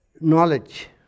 knowledge